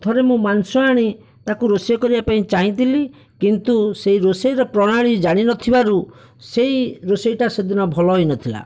ଥରେ ମୁଁ ମାଂସ ଆଣି ତାକୁ ରୋଷେଇ କରିବା ପାଇଁ ଚାହିଁଥିଲି କିନ୍ତୁ ସେଇ ରୋଷେଇର ପ୍ରଣାଳୀ ଜାଣି ନଥିବାରୁ ସେଇ ରୋଷେଇଟା ସେଦିନ ଭଲ ହୋଇନଥିଲା